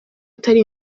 atari